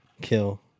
kill